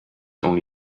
only